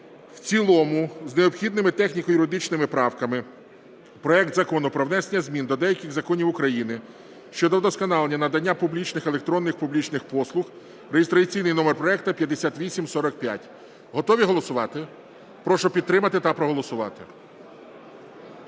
в цілому з необхідними техніко-юридичними правками проект Закону про внесення змін до деяких законів України щодо вдосконалення надання публічних (електронних публічних) послуг (реєстраційний номер проекту 5845). Готові голосувати? Прошу підтримати та проголосувати.